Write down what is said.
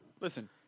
Listen